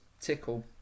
tickle